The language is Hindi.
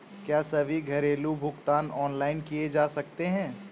क्या सभी घरेलू भुगतान ऑनलाइन किए जा सकते हैं?